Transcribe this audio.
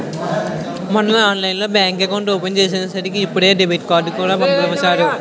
మొన్నే ఆన్లైన్లోనే bank account open చేసేసానని ఇప్పుడే డెబిట్ కార్డుకూడా పంపేసారు